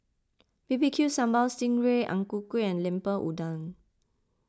B B Q Sambal Sting Ray Ang Ku Kueh and Lemper Udang